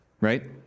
Right